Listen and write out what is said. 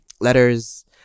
letters